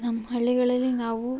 ನಮ್ಮ ಹಳ್ಳಿಗಳಲ್ಲಿ ನಾವು